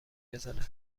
بزنه